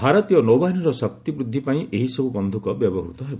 ଭାରତୀୟ ନୌବାହିନୀର ଶକ୍ତିବୃଦ୍ଧି ପାଇଁ ଏହିସବ୍ ବନ୍ଧକ ବ୍ୟବହତ ହେବ